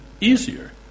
easier